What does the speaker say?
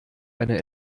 eine